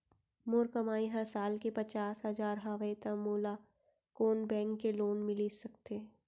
मोर कमाई ह साल के पचास हजार हवय त मोला कोन बैंक के लोन मिलिस सकथे?